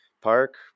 park